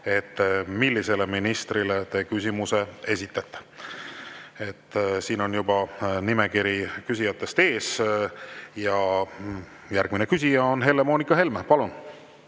ka, millisele ministrile te küsimuse esitate. Siin on juba nimekiri küsijatest ees. Järgmine küsija on Helle-Moonika Helme, palun!